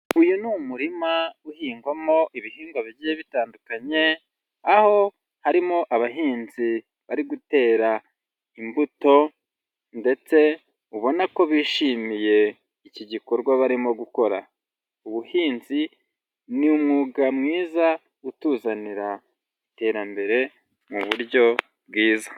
Uyu ni umurima uhingwamo ibihingwa bigiye bitandukanye, aho harimo abahinzi bari gutera imbuto ndetse ubona ko bishimiye iki gikorwa barimo gukora, ubuhinzi ni umwuga mwiza utuzanira iterambere mu buryo bwiza.